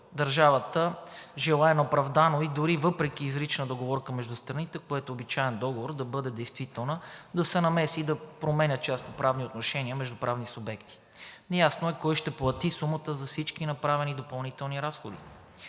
Държавата желае неоправдано и дори въпреки изричната договорка между страните, което е обичаен договор, да бъде действителна, да се намеси и да променя частноправни отношения между правни субекти. Неясно е кой ще плати сумата за всички направени допълнителни разходи,